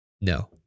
no